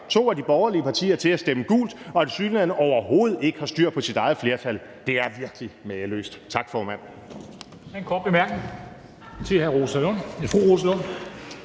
to af de borgerlige partier til at stemme gult, og som tilsyneladende overhovedet ikke har styr på sit eget flertal. Det er virkelig mageløst. Tak, formand.